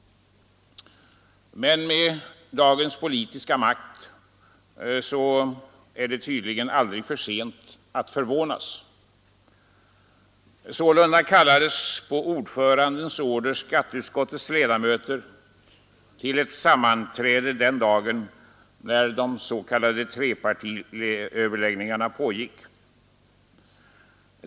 Men med dagens politiska makt är det tydligen aldrig för sent att förvånas. Sålunda kallades på ordförandens order skatteutskottets ledamöter till ett sammanträde den dagen när de s.k. partiledaröverläggningarna pågick.